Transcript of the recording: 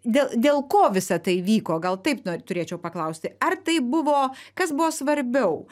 dėl dėl ko visa tai vyko gal taip no turėčiau paklausti ar tai buvo kas buvo svarbiau